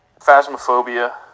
phasmophobia